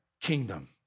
kingdom